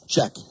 Check